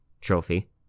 trophy